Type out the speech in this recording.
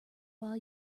while